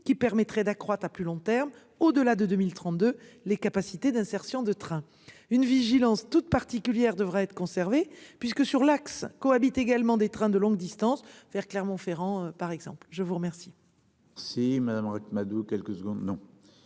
qui permettrait d'accroître à plus long terme, au-delà de 2032 les capacités d'insertion de train une vigilance toute particulière devrait être conservé puisque sur l'axe cohabitent également des trains de longue distance vers Clermont-Ferrand par exemple je vous remercie.